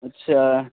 अच्छा